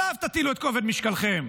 עליו תטילו את כובד משקלכם.